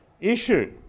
issue